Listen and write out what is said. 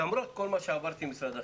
למרות כל מה שעברתי עם משרד החינוך,